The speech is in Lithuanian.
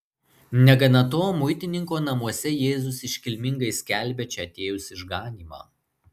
negana to muitininko namuose jėzus iškilmingai skelbia čia atėjus išganymą